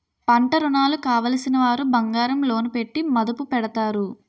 పంటరుణాలు కావలసినవారు బంగారం లోను పెట్టి మదుపు పెడతారు